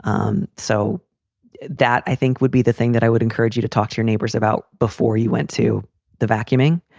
um so that, i think would be the thing that i would encourage you to talk to your neighbors about before you went to the vacuuming.